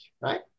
right